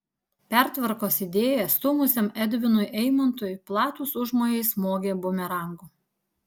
pertvarkos idėją stūmusiam edvinui eimontui platūs užmojai smogė bumerangu